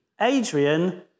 Adrian